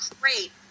great